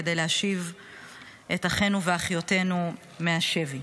כדי להשיב את אחינו ואחיותינו מהשבי.